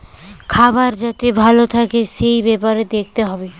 খাবার যাতে ভালো থাকে এই বেপারে দেখতে হয়